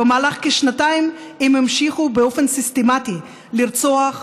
במהלך כשנתיים הם המשיכו באופן סיסטמתי לרצוח,